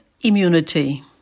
Immunity